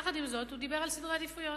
יחד עם זאת, הוא דיבר על סדרי עדיפויות.